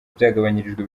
byagabanyirijwe